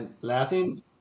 Laughing